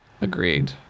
Agreed